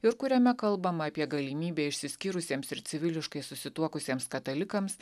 ir kuriame kalbama apie galimybę išsiskyrusiems ir civiliškai susituokusiems katalikams